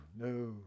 no